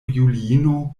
juliino